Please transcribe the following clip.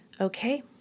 Okay